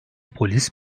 polis